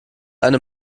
eine